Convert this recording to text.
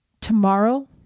tomorrow